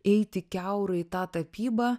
eiti kiaurai tą tapybą